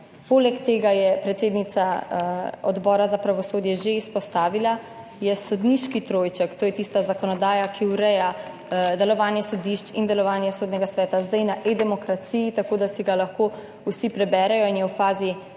Poleg tega je predsednica Odbora za pravosodje že izpostavila, da je sodniški trojček, to je tista zakonodaja, ki ureja delovanje sodišč in delovanje Sodnega sveta, zdaj na E-demokraciji, tako da si ga lahko vsi preberejo in je v fazi